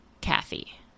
Kathy